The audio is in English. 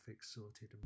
sorted